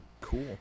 Cool